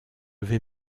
vais